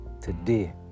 today